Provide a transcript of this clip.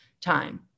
time